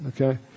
Okay